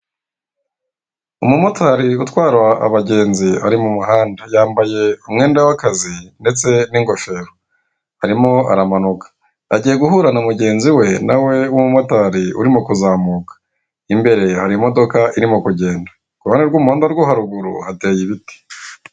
Umumotari utwara abagenzi ari mu muhanda yambaye umwenda w'akazi ndetse n'ingofero, arimo aramanuka agiye guhura na mugenzi we nawe w'umumotari urimo kuzamuka. Imbere hari imodoka irimo kugenda uruhande rw'umuhanda rwo haruguru hateye ibiti.